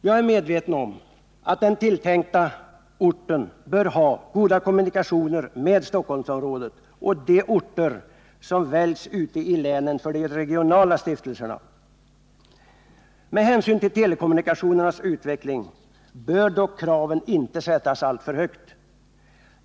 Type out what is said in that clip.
Jag är medveten om att den tilltänkta orten bör ha goda kommunikationer med Stockholmsområdet och de orter som väljs ute i länen för de regionala stiftelserna. Med hänsyn till telekommunikationernas utveckling bör dock kraven inte sättas alltför högt.